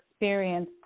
experience